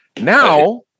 Now